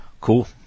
Cool